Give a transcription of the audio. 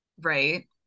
right